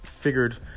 figured